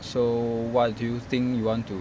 so what do you think you want to